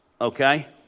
okay